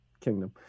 kingdom